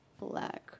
black